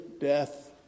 death